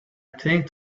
think